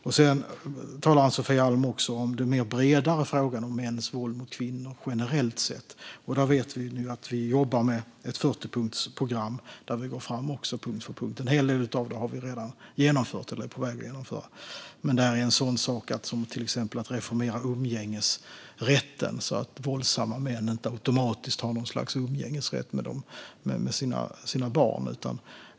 Ann-Sofie Alm talar också om den bredare frågan om mäns våld mot kvinnor generellt sett. Vi jobbar med ett 40-punktsprogram där vi går fram punkt för punkt. En hel del av det har vi redan genomfört eller är på väg att genomföra. Det handlar till exempel om att reformera umgängesrätten så att våldsamma män inte automatiskt har något slags umgängesrätt med sina barn.